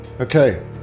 Okay